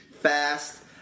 fast